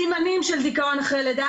בסימנים של דכאון אחרי לידה,